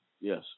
Yes